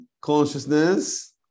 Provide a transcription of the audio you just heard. Consciousness